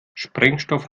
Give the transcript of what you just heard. sprengstoff